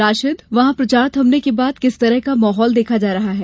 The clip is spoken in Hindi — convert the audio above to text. राशिद वहां प्रचार थमने के बाद किस तरह का माहौल देखा जा रहा है